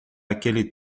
aquele